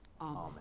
Amen